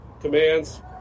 commands